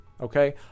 okay